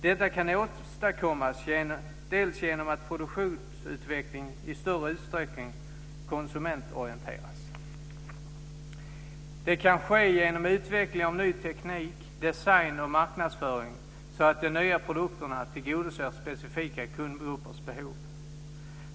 Detta kan åstadkommas dels genom att produktionsutvecklingen i större utsträckning konsumentorienteras. Det kan ske genom utvecklingen av ny teknik, design och marknadsföring, så att de nya produkterna tillgodoser specifika kundgruppers behov.